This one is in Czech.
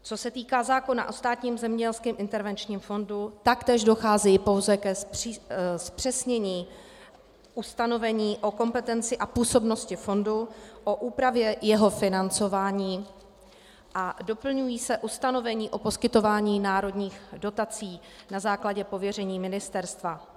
Co se týká zákona o Státním zemědělském intervenčním fondu, taktéž dochází pouze ke zpřesnění ustanovení o kompetenci a působnosti fondu, o úpravě jeho financování a doplňují se ustanovení o poskytování národních dotací na základě pověření ministerstva.